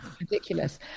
Ridiculous